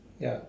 ya